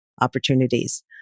opportunities